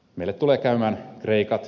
meille tulee käymään kreikat